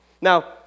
Now